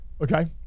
Okay